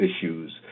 issues